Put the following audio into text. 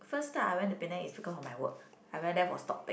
first time I went to Penang is because for my work I went there for stocktake